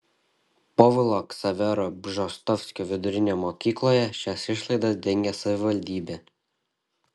povilo ksavero bžostovskio vidurinėje mokykloje šias išlaidas dengia savivaldybė